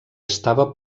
estava